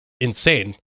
insane